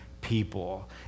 people